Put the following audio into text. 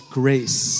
grace